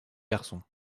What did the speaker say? garçon